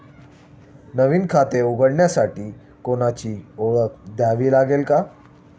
नवीन खाते उघडण्यासाठी कोणाची ओळख द्यावी लागेल का?